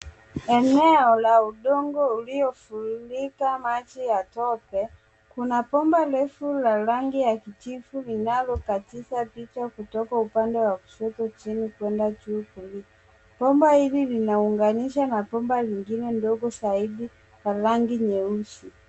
Eneo la udongo uliofurika maji ya tope. Kuna bomba refu la rangi ya kijivu linalokatisha picha kutoka upande wa kushoto kuenda juu kulia. Bomba hili linaunganishwa na bomba lingine ndogo zaidi la rangi nyeusi.